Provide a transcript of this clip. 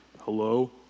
Hello